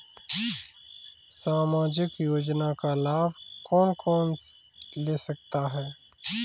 सामाजिक योजना का लाभ कौन कौन ले सकता है?